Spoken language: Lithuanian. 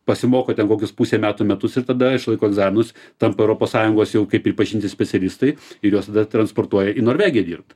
pasimoko ten kokius pusę metų metus ir tada išlaiko egzaminus tampa europos sąjungos jau kaip pripažinti specialistai ir juos tada transportuoja į norvegiją dirbt